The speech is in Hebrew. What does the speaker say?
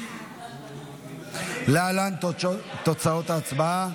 להלן תוצאות ההצבעה: